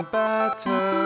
better